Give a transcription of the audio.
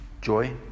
Joy